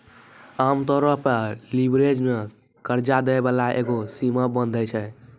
आमतौरो पे लीवरेज मे कर्जा दै बाला एगो सीमा बाँधै छै